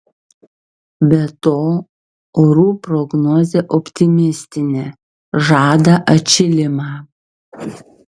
be to orų prognozė optimistinė žada atšilimą